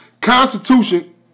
Constitution